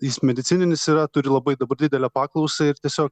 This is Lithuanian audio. jis medicininis yra turi labai didelę paklausą ir tiesiog